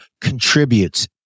contributes